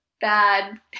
bad